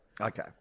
Okay